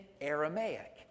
Aramaic